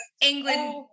England